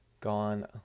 gone